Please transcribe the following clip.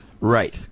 Right